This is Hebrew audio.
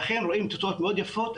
ואכן, רואים תוצאות מאוד יפות.